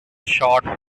short